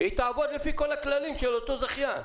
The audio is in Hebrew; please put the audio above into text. היא תעבוד לפי כל הכללים של אותו זכיין.